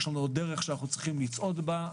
יש עוד דרך שצריך לצעדו בה,